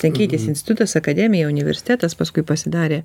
tai keitėsi institutas akademija universitetas paskui pasidarė